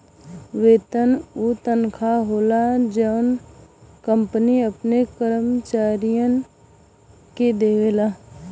वेतन उ तनखा होला जौन कंपनी अपने कर्मचारियन के देवला